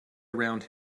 around